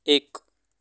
એક